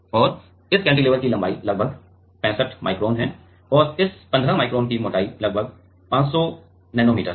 और इस कैंटिलीवर की लंबाई लगभग 65 माइक्रोन है और इस 15 माइक्रोन की मोटाई लगभग 500 नैनोमीटर है